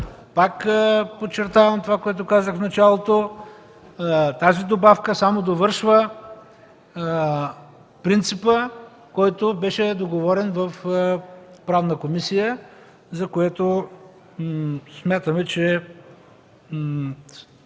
Пак подчертавам това, което казах в началото, че тази добавка само довършва принципа, който беше договорен в Комисията по правни въпроси, за което смятаме, че